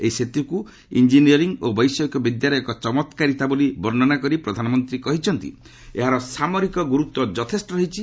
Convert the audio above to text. ଏହି ସେତ୍ରକ୍ ଇଞ୍ଜିନିୟରିଂ ଓ ବୈଷୟିକ ବିଦ୍ୟାର ଏକ ଚମ୍କାରିତା ବୋଲି ବର୍ଷ୍ଣନା କରି ପ୍ରଧାନମନ୍ତ୍ରୀ କହିଛନ୍ତି ଏହାର ସାମରିକ ଗ୍ରର୍ତ୍ୱ ଯଥେଷ୍ଟ ରହିଛି